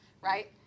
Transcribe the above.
right